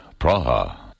Praha